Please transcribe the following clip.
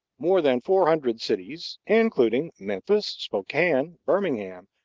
more than four hundred cities, including memphis, spokane, birmingham,